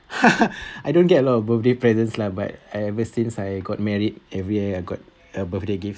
I don't get a lot of birthday presents lah but ever since I got married every year I got a birthday gift